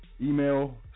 email